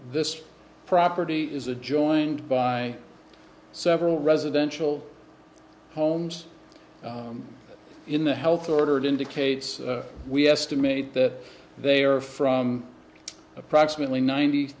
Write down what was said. this property is a joined by several residential homes in the health ordered indicates we estimate that they are from approximately ninety